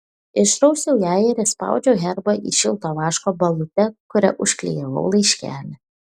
išrausiau ją ir įspaudžiau herbą į šilto vaško balutę kuria užklijavau laiškelį